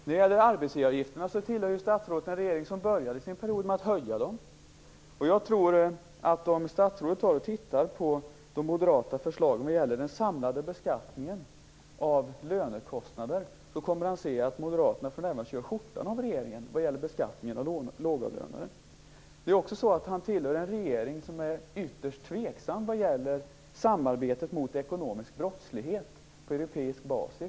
När det gäller arbetsgivaravgifterna tillhör ju statsrådet en regering som började sin period med att höja dem. Om statsrådet tittar på de moderata förslagen vad gäller den samlade beskattningen av lönekostnader tror jag han kommer att se att Moderaterna för närvarande kör skjortan av regeringen vad gäller beskattningen av lågavlönade. Han tillhör också en regering som är ytterst tveksam vad gäller samarbetet mot ekonomisk brottslighet på europeisk basis.